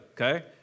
Okay